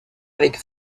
avec